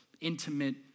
intimate